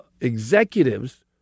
executives